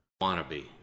Wannabe